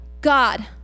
God